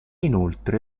inoltre